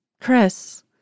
Chris